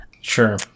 Sure